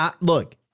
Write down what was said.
look